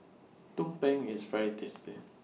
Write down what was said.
Tumpeng IS very tasty